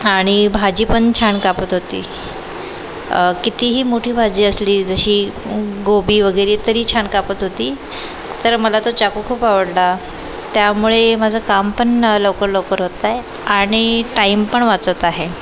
आणि भाजी पण छान कापत होती कितीही मोठी भाजी असली जशी गोबी वगैरे तरी छान कापत होती तर मला तो चाकू खूप आवडला त्यामुळे माझं काम पण लवकर लवकर होतंय आणि टाईम पण वाचत आहे